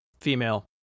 female